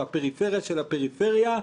הפריפריה של הפריפריה,